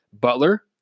Butler